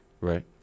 Right